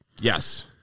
Yes